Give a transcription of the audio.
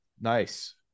Nice